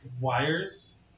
wires